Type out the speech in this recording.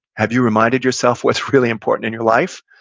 have you reminded yourself what's really important in your life?